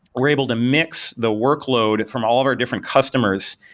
we're able to mix the workload from all over different customers,